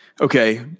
Okay